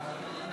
קבוצת